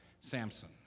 Samson